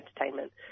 entertainment